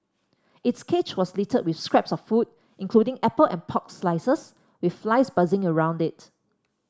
its cage was littered with scraps of food including apple and pork slices with flies buzzing around it